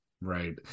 right